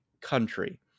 country